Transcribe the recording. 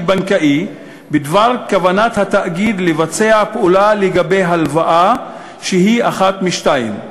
בנקאי בדבר כוונת התאגיד לבצע פעולה לגבי הלוואה שהיא אחת משתיים: